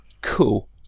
Cool